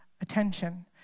attention